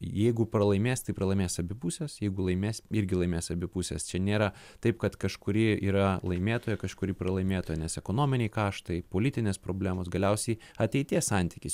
jeigu pralaimės tai pralaimės abi pusės jeigu laimės irgi laimės abi pusės čia nėra taip kad kažkuri yra laimėtoja kažkuri pralaimėtoja nes ekonominiai kaštai politinės problemos galiausiai ateities santykis